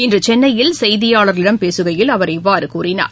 இன்று சென்னையில் செய்தியாளர்களிடம் பேசுகையில் அவர் இவ்வாறு கூறினார்